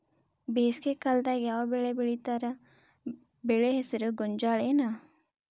ಬೇಸಿಗೆ ಕಾಲದಾಗ ಯಾವ್ ಬೆಳಿ ಬೆಳಿತಾರ, ಬೆಳಿ ಹೆಸರು ಗೋಂಜಾಳ ಏನ್?